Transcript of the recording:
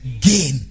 gain